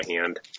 hand